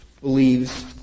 believes